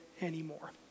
anymore